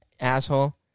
Asshole